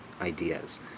ideas